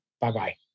Bye-bye